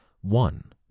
one